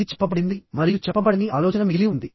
అది చెప్పబడింది మరియు చెప్పబడని ఆలోచన మిగిలి ఉంది